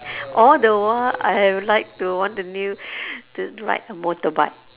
all the while I'd like to want to knew to to ride a motorbike